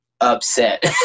upset